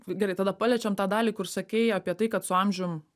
gerai tada paliečiam tą dalį kur sakei apie tai kad su amžium